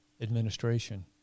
administration